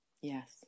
yes